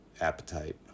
appetite